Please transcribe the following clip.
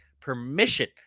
permission